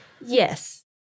Yes